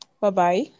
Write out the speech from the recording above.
Bye-bye